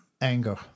Anger